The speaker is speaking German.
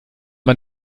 man